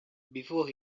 before